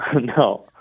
No